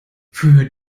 für